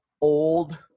old